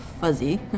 fuzzy